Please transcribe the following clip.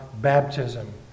baptism